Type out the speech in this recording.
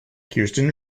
kirsten